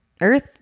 Earth